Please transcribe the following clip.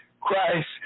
Christ